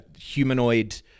humanoid